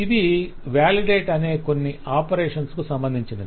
ఇది validate leave అనే కొన్ని ఆపరేషన్ల కు సంబంధించినది